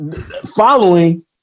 following